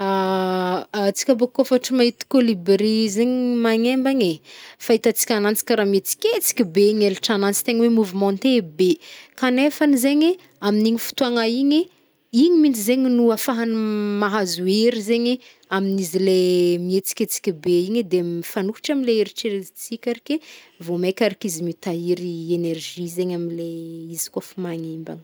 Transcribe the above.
Atska bôkô fattr mahit colibri zegny manembagne. Fahitantsik ananjy karaha mihetsiketsik be ngy eltr ananjy tegn oe mouvementé be. Kanefany zegny amin'igny fotoagna igny, igny zegny no afahany mahazo hery zegny am izy ley mihetsiketsiky be igny, de mifanohtr amile heritreretintsika take, vao maika arak'izy mitahiry énergie zegny am le izy izy kôf magnembana.